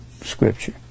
scripture